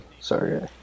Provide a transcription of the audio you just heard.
Sorry